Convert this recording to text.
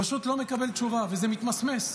פשוט לא מקבל תשובה, וזה מתמסמס.